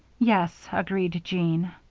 yes, agreed jean.